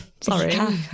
sorry